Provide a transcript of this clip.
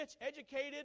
educated